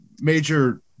major